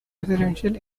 residential